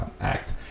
Act